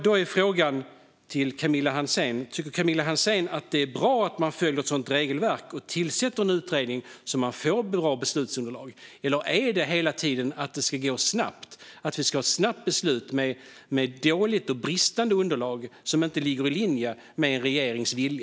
Då är frågan till Camilla Hansén: Tycker hon att det är bra att man följer ett sådant regelverk och tillsätter en utredning så att man får ett bra beslutsunderlag? Eller är det viktigast att det hela tiden går snabbt och att vi ska ha ett snabbt beslut med ett dåligt och bristande underlag som inte ligger i linje med regeringens vilja?